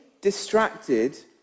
distracted